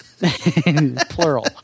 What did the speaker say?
plural